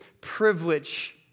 privilege